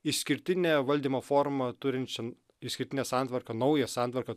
išskirtinę valdymo formą turinčiam išskirtinę santvarką naują santvarką